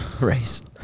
race